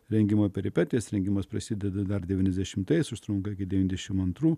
rengimo peripetijos rengimas prasideda dar devyniasdešimtaisiais trunka iki devyniasdešimt antrų